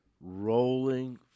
rolling